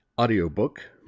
audiobook